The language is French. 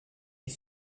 est